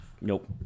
Nope